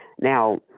Now